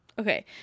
Okay